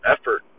effort